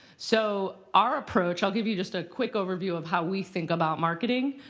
so our approach, i'll give you just a quick overview of how we think about marketing